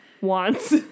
wants